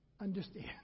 understand